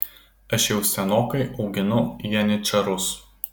aš jau senokai auginu janyčarus